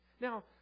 Now